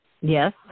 Yes